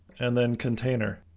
and then container.